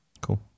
cool